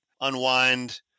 unwind